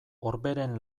orberen